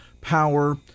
power